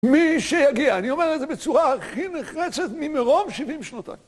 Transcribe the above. מי שיגיע, אני אומר את זה בצורה הכי נחרצת ממרום שבעים שנותיים